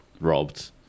robbed